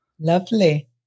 Lovely